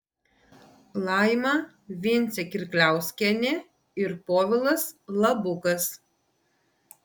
laima vincė kirkliauskienė ir povilas labukas